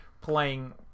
playing